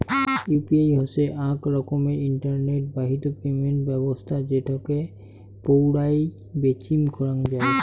UPI হসে আক রকমের ইন্টারনেট বাহিত পেমেন্ট ব্যবছস্থা যেটোকে পৌরাই বেচিম করাঙ যাই